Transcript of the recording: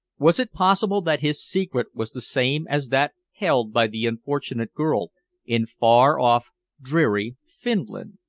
was it possible that his secret was the same as that held by the unfortunate girl in far-off, dreary finland?